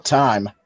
time